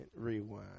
rewind